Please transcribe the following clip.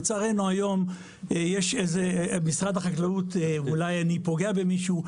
לצערנו היום משרד החקלאות אולי אני פוגע במישהו,